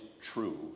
true